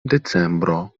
decembro